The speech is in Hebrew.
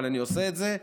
אבל אני עושה את זה כי,